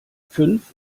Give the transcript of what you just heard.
fünf